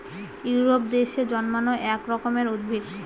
Europe দেশে জন্মানো এক রকমের উদ্ভিদ